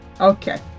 Okay